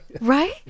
Right